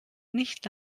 nicht